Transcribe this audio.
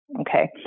Okay